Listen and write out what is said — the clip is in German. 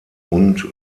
und